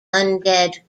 undead